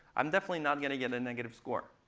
i'm definitely not going to get a negative score.